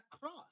cross